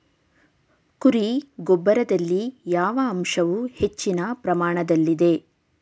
ಕುರಿ ಗೊಬ್ಬರದಲ್ಲಿ ಯಾವ ಅಂಶವು ಹೆಚ್ಚಿನ ಪ್ರಮಾಣದಲ್ಲಿದೆ?